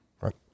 Right